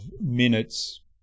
minutes